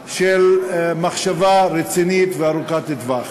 לטובתה של מחשבה רצינית וארוכת טווח.